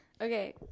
okay